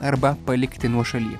arba palikti nuošaly